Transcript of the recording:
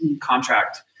contract